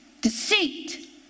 deceit